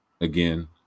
again